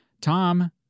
Tom